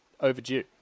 overdue